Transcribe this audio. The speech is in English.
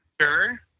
Sure